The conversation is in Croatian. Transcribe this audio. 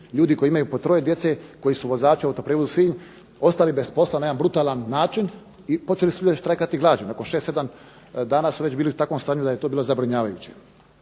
ljudi koji imaju po troje djece, koji su vozači autoprijevoz Sinj ostali bez posla na jedan brutalan način i počeli su ljudi štrajkati glađu, nakon 6, 7 dana su već bili u takvom stanju da je to bilo zabrinjavajuće.